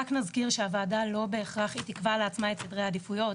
רק נזכיר שהוועדה לא בהכרח היא תקבע לעצמה את סדרי העדיפויות,